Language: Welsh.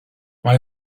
mae